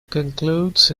concludes